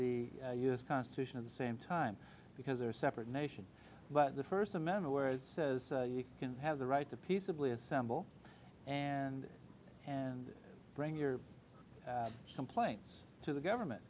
the u s constitution of the same time because they're separate nation but the first amendment where it says you can have the right to peaceably assemble and and bring your some planes to the government